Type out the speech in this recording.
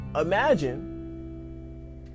imagine